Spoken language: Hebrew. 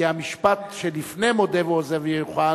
כי במשפט שלפני "מודה ועוזב ירוחם",